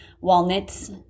walnuts